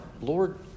Lord